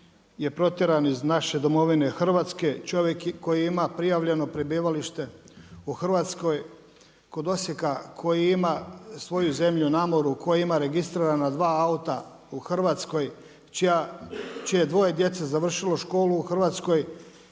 je potjerano iz naše domovine Hrvatske, čovjek koji ima prijavljeno prebivalište u Hrvatskoj, kod Osijeka, koji ima svoju zemlju na moru, koji ima registrirana 2 auta u Hrvatskoj, čije 2 djece završilo školu u Hrvatskoj